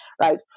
Right